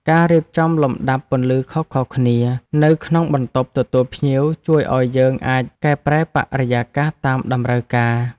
ការរៀបចំលំដាប់ពន្លឺខុសៗគ្នានៅក្នុងបន្ទប់ទទួលភ្ញៀវជួយឱ្យយើងអាចកែប្រែបរិយាកាសតាមតម្រូវការ។